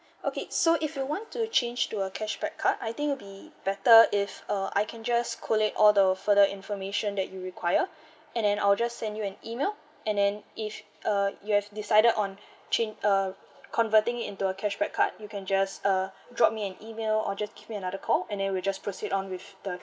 okay so if you want to change to a cashback card I think will be better if uh I can just collate all the further information that you require and then I'll just send you an email and then if uh you have decided on change uh converting it into a cashback card you can just uh drop me an email or just give me another call and then we just proceed on with the